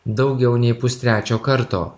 daugiau nei pustrečio karto